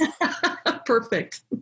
Perfect